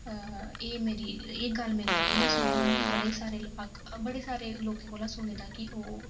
एह् मेरी एह् गल्ल मेरी मम्मी नै सनाई मिगी बड़े सारें लोकें कोला सुने दा कि ओह्